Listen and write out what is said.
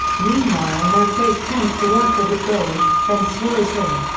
meanwhile no-face tempts a worker with gold, then swallows him.